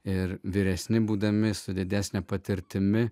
ir vyresni būdami su didesne patirtimi